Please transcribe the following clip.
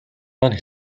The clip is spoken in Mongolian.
маань